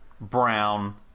Brown